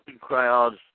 crowds